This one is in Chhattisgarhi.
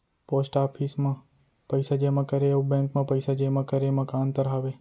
पोस्ट ऑफिस मा पइसा जेमा करे अऊ बैंक मा पइसा जेमा करे मा का अंतर हावे